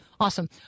Awesome